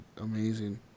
amazing